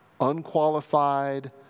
unqualified